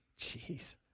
Jeez